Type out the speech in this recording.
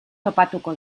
topatuko